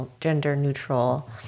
gender-neutral